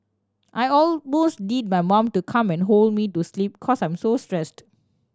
I almost need my mom to come and hold me to sleep cause I'm so stressed